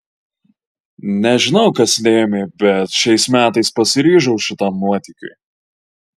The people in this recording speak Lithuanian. nežinau kas lėmė bet šiais metais pasiryžau šitam nuotykiui